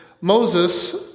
Moses